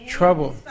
Trouble